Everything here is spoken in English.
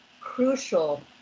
crucial